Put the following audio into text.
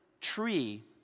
tree